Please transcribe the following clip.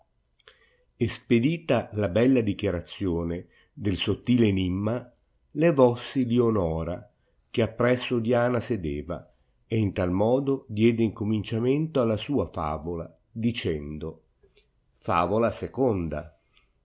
difendere espedita la bella dichiarazione del sottil enimma levossi lionora che appresso diana sedeva e in tal modo diede incominciamento alla sua favola dicendo favola i